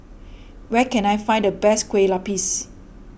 where can I find the best Kueh Lapis